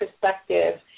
perspective